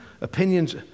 opinions